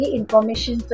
information